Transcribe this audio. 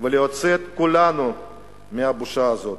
ולהוציא את כולנו מהבושה הזאת.